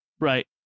Right